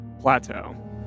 plateau